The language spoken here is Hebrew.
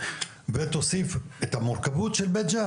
בנוסף, תוסיף את המורכבות של בית ג'ן